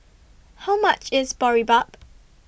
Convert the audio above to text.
How much IS Boribap